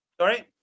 Sorry